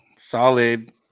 solid